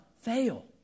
fail